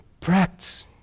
practice